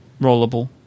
rollable